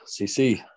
CC